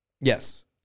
Yes